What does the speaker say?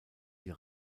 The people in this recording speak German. die